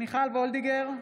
מיכל וולדיגר,